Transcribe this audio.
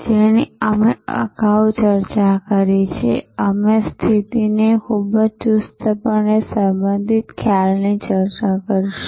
જેની અમે અગાઉ ચર્ચા કરી છે અને અમે સ્થિતિની ખૂબ જ ચુસ્તપણે સંબંધિત ખ્યાલની ચર્ચા કરીશું